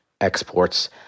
exports